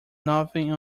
nothing